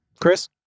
Chris